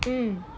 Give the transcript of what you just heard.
um